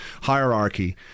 hierarchy